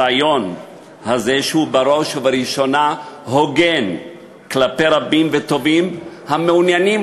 הרעיון הזה הוא בראש ובראשונה הוגן כלפי רבים וטובים המעוניינים